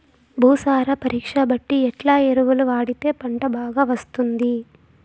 భూసార పరీక్ష బట్టి ఎట్లా ఎరువులు వాడితే పంట బాగా వస్తుంది?